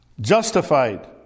Justified